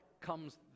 comes